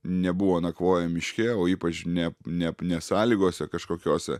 nebuvo nakvoję miške o ypač ne ne sąlygose kažkokiose